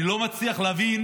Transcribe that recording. אני לא מצליח להבין